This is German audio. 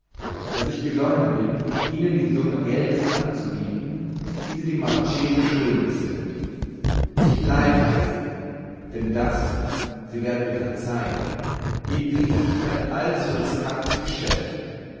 daß ich gesonnen bin ihnen die summe geldes anzubieten die sie dem marchese schuldig sind nicht leihweise denn das sie werden mir verzeihen hielte ich für ein allzu riskantes geschäft